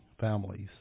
families